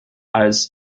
als